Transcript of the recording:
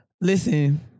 listen